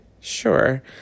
sure